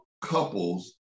couples